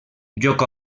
lloc